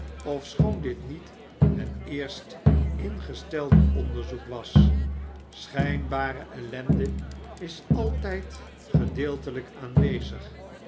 ofschoon dit niet het eerst ingestelde onderzoek was schynbare ellende is altyd gedeelteljjk aanwezig